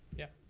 yeah.